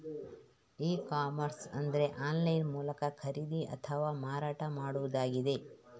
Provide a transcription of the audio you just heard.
E commerce ಅಂದ್ರೆ online ಮೂಲಕ ಖರೀದಿ ಅಥವಾ ಮಾರಾಟ ಮಾಡುದಾಗಿದೆ